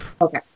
Okay